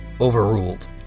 overruled